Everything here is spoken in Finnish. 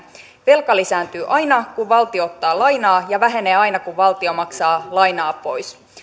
velka lisääntyy aina kun valtio ottaa lainaa ja vähenee aina kun valtio maksaa lainaa pois